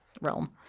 realm